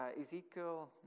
Ezekiel